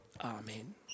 Amen